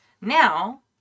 Now